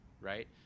right